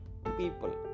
People